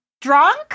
drunk